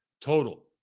total